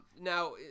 Now